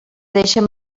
deixen